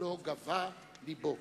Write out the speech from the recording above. לא גבה לבו.